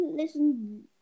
listen